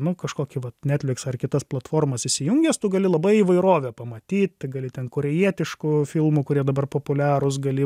nu kažkokį vat netfliksą ar kitas platformas įsijungęs tu gali labai įvairovę pamatyt gali ten korėjietiškų filmų kurie dabar populiarūs gali